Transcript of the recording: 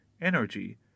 energy